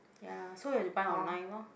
ya so you have to buy online lorh